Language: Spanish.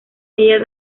ella